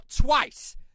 twice